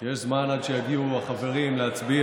כי יש זמן עד שיגיעו החברים להצביע.